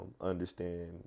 understand